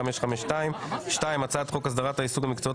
מ/1552; 2. הצעת חוק הסדרת העיסוק במקצועות